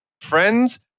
friends